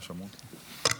זה מה שאמרת לי.